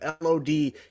lod